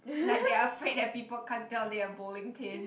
like ya afraid that people can't tell they are bowling pins